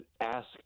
asked